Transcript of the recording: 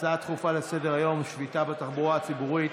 הצעות דחופות לסדר-היום בנושא: שביתה בתחבורה הציבורית,